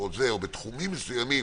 או בתחומים מסוימים